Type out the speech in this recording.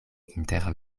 inter